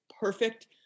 perfect